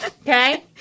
Okay